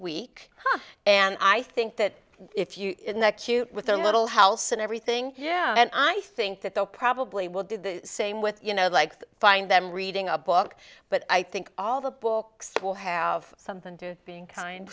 week and i think that if you're in that cute with the little house and everything yeah and i think that they'll probably will do the same with you know like find them reading a book but i think all the books will have something to being